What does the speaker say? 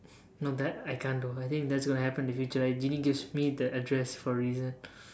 no that I can't do I think that is going to happen in the future like genie gives me the address for a reason